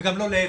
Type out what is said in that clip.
וגם לא להיפך,